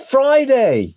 Friday